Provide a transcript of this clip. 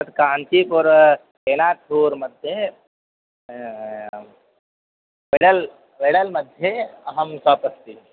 तत् कान्तीपुर् सेनायाः पूर्वं मध्ये वेडल् वेडल् मध्ये अहं शोप् अस्ति